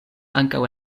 ankaŭ